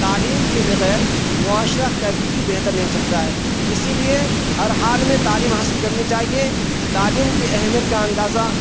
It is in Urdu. تعلیم کے بغیر معاشرہ کبھی بھی بہتر نہیں ہو سکتا ہے اسی لیے ہر حال میں تعلیم حاصل کرنی چاہیے تعلیم کی اہمیت کا اندازہ